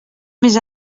més